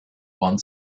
one